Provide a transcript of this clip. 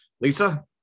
Lisa